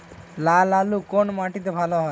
লাল আলু কোন মাটিতে ভালো হয়?